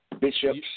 bishops